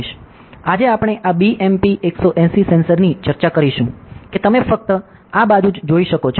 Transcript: આજે આપણે આ BMP 180 સેન્સરની ચર્ચા કરીશું કે તમે ફક્ત આ બાજુ જ જોઈ શકો છો